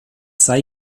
sei